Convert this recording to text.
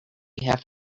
have